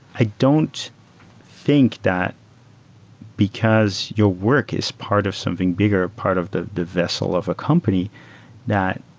i don't think that because your work is part of something bigger or part of the the vessel of a company that